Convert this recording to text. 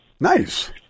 Nice